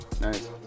Nice